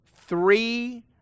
Three